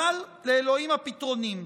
אבל לאלוהים הפתרונים.